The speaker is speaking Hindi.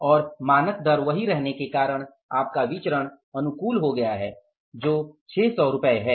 और मानक दर के वही रहने से आपका विचरण अनुकूल हो गया है जो 600 रुपए है